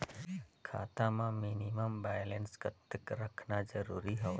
खाता मां minimum balance कतेक रखना जरूरी हवय?